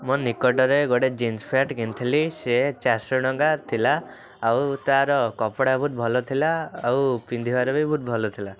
ମୁଁ ନିକଟରେ ଗୋଟେ ଜିନ୍ସ ପ୍ୟାଣ୍ଟ କିଣିଥିଲି ସିଏ ଚାରିଶହ ଟଙ୍କା ଥିଲା ଆଉ ତାର କପଡ଼ା ବହୁତ ଭଲ ଥିଲା ଆଉ ପିନ୍ଧିବାର ବି ବହୁତ ଭଲ ଥିଲା